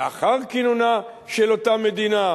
לאחר כינונה של אותה מדינה,